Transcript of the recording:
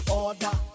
order